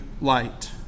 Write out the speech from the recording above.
light